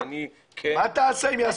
אז אני כן --- מה תעשה אם יעשו לינץ'?